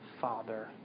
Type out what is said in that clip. Father